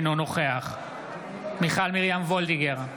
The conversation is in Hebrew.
אינו נוכח מיכל מרים וולדיגר,